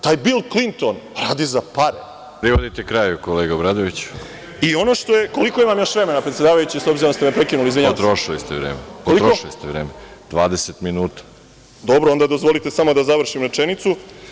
Taj Bil Klinton radi za pare. (Predsedavajući: Privodite kraju, kolega Obradoviću.) Izvinjavam se, koliko imam još vremena, predsedavajući, s obzirom da ste me prekinuli? (Predsedavajući: Potrošili ste vreme, 20 minuta.) Dobro, onda mi dozvolite samo da završim rečenicu.